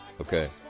Okay